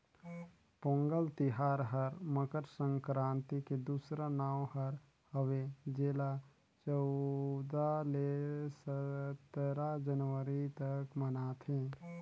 पोगंल तिहार हर मकर संकरांति के दूसरा नांव हर हवे जेला चउदा ले सतरा जनवरी तक मनाथें